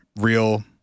Real